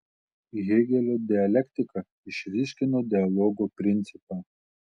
hėgelio dialektika išryškino dialogo principą